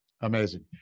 Amazing